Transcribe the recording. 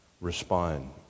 respond